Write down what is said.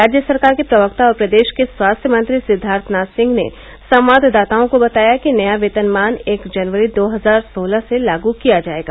राज्य सरकार के प्रवक्ता और प्रदेश के स्वास्थ्य मंत्री सिद्वार्थनाथ सिंह ने संवाददाताओं को बताया कि नया वेतन मान एक जनवरी दो हजार सोलह से लागू किया जायेगा